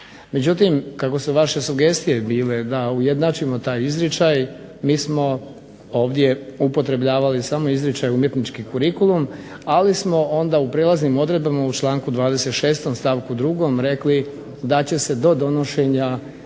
Međutim, kako su vaše sugestije bile da ujednačimo taj izričaj mi smo ovdje upotrebljavali samo izričaj umjetnički kurikulum, ali smo onda u prijelaznim odredbama u članku 26. stavku 2. rekli da će se do donošenja